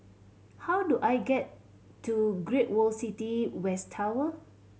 how do I get to Great World City West Tower